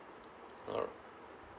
alright